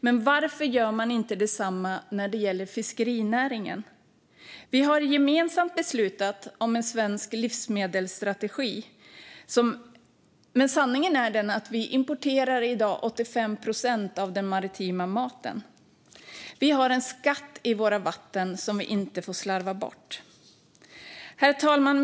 Men varför gör man inte detsamma när det gäller fiskerinäringen? Vi har gemensamt beslutat om en svensk livsmedelsstrategi. Men sanningen är den att vi i dag importerar 85 procent av den maritima maten. Vi har en skatt i våra vatten, som vi inte får slarva bort. Herr talman!